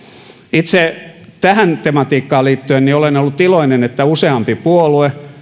itse tähän tematiikkaan liittyen olen ollut iloinen että useampi puolue